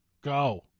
Go